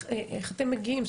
איך אתם מגיעים?